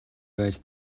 байж